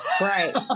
Right